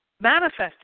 manifesting